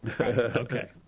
Okay